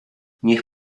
niech